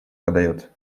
подаёт